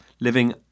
living